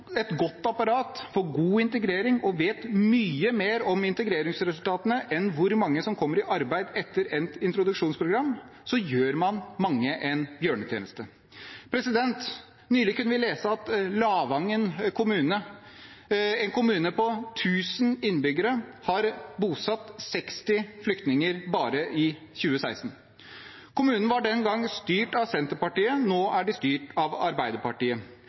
et godt apparat for god integrering og vet mye mer om integreringsresultatene enn hvor mange som kommer i arbeid etter endt introduksjonsprogram, gjør man mange en bjørnetjeneste. Nylig kunne vi lese at Lavangen kommune, en kommune på 1 000 innbyggere, har bosatt 60 flyktninger bare i 2016. Kommunen var den gang styrt av Senterpartiet. Nå er de styrt av Arbeiderpartiet,